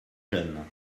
jeunes